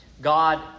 God